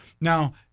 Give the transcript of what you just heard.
now